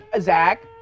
Zach